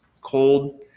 cold